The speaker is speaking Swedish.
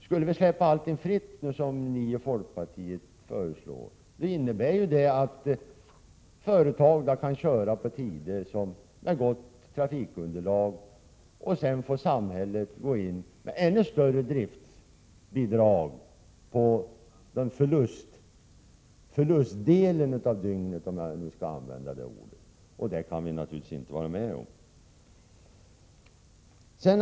Skulle vi släppa allting fritt, som ni och folkpartiet föreslår, innebär det att enskilda företag kan köra på tider med gott trafikunderlag, och sedan får samhället gå in med ännu större driftbidrag under förlustdelen av dygnet, om jag så får uttrycka mig. Detta kan vi naturligtvis inte vara med om.